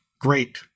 Great